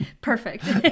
perfect